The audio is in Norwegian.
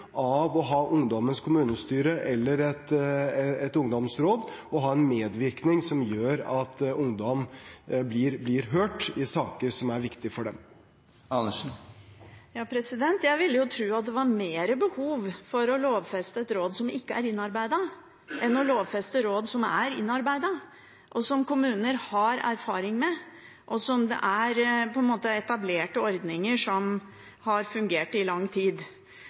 av å ha ungdommens kommunestyre eller et ungdomsråd og ha en medvirkning, som gjør at ungdom blir hørt i saker som er viktige for dem. Jeg ville tro det var mer behov for å lovfeste et råd som ikke er innarbeidet, enn å lovfeste et råd som er innarbeidet, og som kommuner har erfaring med, og der det er etablerte ordninger som har fungert i lang tid.